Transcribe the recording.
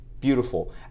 beautiful